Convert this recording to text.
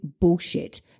bullshit